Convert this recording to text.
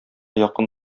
якын